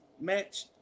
match